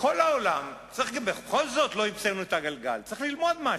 בכל זאת, לא המצאנו את הגלגל, צריך ללמוד משהו.